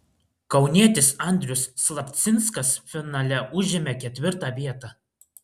kaunietis andrius slapcinskas finale užėmė ketvirtą vietą